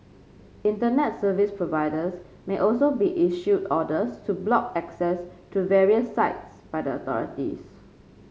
Internet Service Providers may also be issued orders to block access to various sites by the authorities